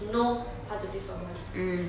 know how to play floorball